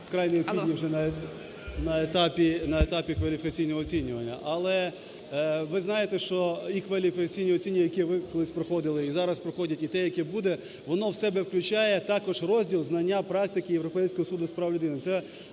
вкрай необхідним вже на етапі кваліфікаційного оцінювання. Але ви знаєте, що і кваліфікаційне оцінювання, яке ви колись проходили, і зараз проходять, і те, яке буде, воно в себе включає також розділ: знання практики Європейського суду з прав людини,